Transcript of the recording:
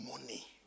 money